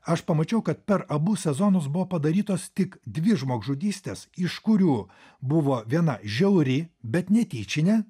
aš pamačiau kad per abu sezonus buvo padarytos tik dvi žmogžudystės iš kurių buvo viena žiauri bet netyčinė